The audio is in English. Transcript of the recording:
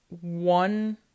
one